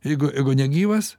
jeigu ego negyvas